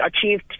achieved